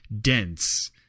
dense